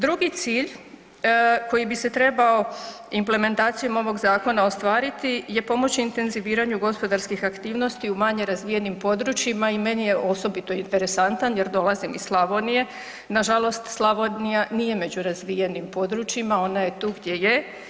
Drugi cilj koji bi se trebao implementacijom ovog zakona ostvariti je pomoći intenziviranju gospodarskih aktivnosti u manje razvijenim područjima i meni je osobito interesantan jer dolazim iz Slavonije, nažalost, Slavonija nije među razvijenim područjima, ona je tu gdje je.